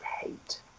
hate